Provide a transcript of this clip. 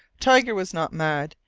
tiger was not mad.